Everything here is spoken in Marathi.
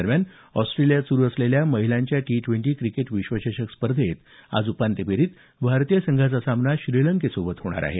दरम्यान ऑस्ट्रेलियात सुरू असलेल्या महिलांच्या टी ड्वेंटी क्रिकेट विश्वचषक स्पर्धेत आज उपांत्य फेरीत भारतीय संघाचा सामना श्रीलंकेसोबत होणार आहे